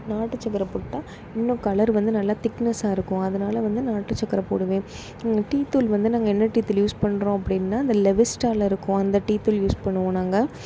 நாட்டு சக்கரை போட்டால் இன்னும் கலர் வந்து நல்லா திக்னஸாக இருக்கும் அதனால் வந்து நாட்டுச்சர்க்கரை போடுவேன் டீ தூள் வந்து நாங்கள் என்ன டீ தூள் யூஸ் பண்ணுறோம் அப்படின்னா அந்த லெவிஸ்டாலிருக்கும் அந்த டீ தூள் யூஸ் பண்ணுவோம் நாங்கள்